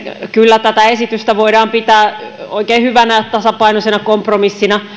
kyllä tätä esitystä voidaan pitää oikein hyvänä tasapainoisena kompromissina